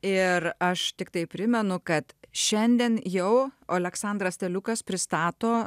ir aš tiktai primenu kad šiandien jau oleksandras teliukas pristato